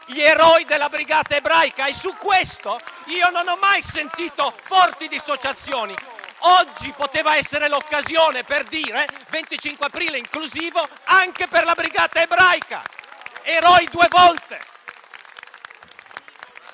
gli eroi della brigata ebraica e su questo non ho mai sentito forti dissociazioni. Oggi poteva essere l'occasione per dire: 25 aprile inclusivo anche per la brigata ebraica.